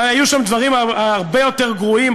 היו שם דברים הרבה יותר גרועים,